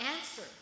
answer